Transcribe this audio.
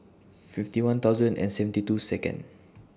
fifty one thousand and seventy two Second